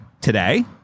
today